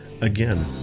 Again